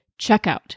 checkout